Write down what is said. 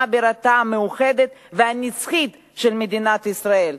בירתה המאוחדת והנצחית של מדינת ישראל.